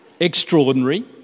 extraordinary